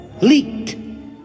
leaked